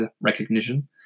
recognition